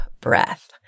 breath